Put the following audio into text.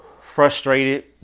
frustrated